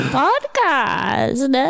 podcast